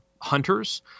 Hunters